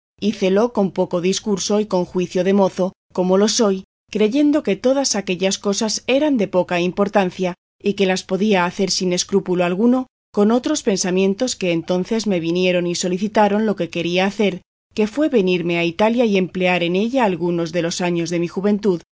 hícelo con poco discurso y con juicio de mozo como lo soy creyendo que todas aquellas cosas eran de poca importancia y que las podía hacer sin escrúpulo alguno con otros pensamientos que entonces me vinieron y solicitaron lo que quería hacer que fue venirme a italia y emplear en ella algunos de los años de mi juventud